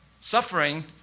suffering